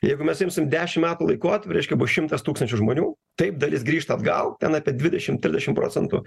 jeigu mes imsim dešim metų laikotarpį reiškia bus šimtas tūkstančių žmonių taip dalis grįžta atgal ten apie dvidešim trisdešim procentų